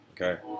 Okay